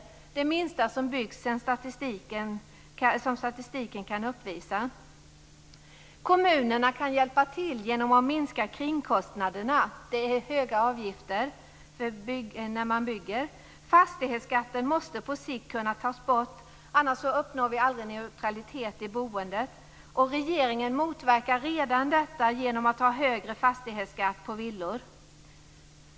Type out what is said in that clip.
Det är det minsta som har byggts som statistiken kan uppvisa. Kommunerna kan hjälpa till genom att minska kringkostnaderna. Det är höga avgifter för byggande. Fastighetsskatten måste på sikt kunna tas bort, annars uppnår vi aldrig neutralitet i boendet. Regeringen motverkar redan detta genom att ta ut högre fastighetsskatt på villor.